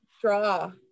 draw